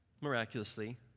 miraculously